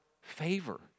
favor